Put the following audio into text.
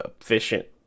efficient